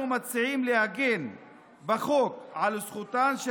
אנחנו מציעים לעגן בחוק את זכותן של